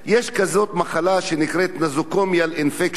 יש מחלה שנקראת nosocomial infection,